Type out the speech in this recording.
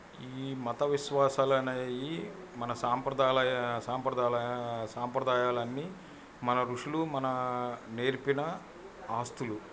ఈ మత విశ్వాసాలనేవి మన సాంప్రదాలయా సాంప్రదాలయా సాంప్రదాయాలన్నీ మన ఋషులు మనా నేర్పిన ఆస్తులు